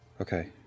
Okay